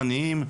עניים,